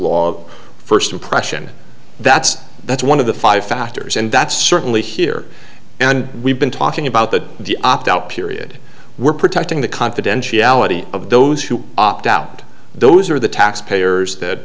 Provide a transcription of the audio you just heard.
of first impression that's that's one of the five factors and that's certainly here and we've been talking about that the opt out period we're protecting the confidentiality of those who opt out those are the tax payers that